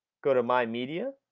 go to my media,